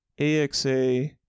AXA